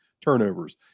turnovers